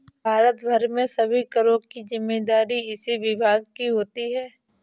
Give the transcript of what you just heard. भारत भर में सभी करों की जिम्मेदारी इसी विभाग की होती है